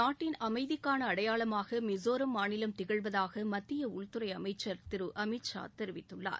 நாட்டின் அமைதிக்கான அடையாளமாக மிசோரம் மாநிலம் திகழ்வதாக மத்திய உள்துறை அமைச்ச் திரு அமித்ஷா தெரிவித்துள்ளார்